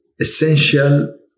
essential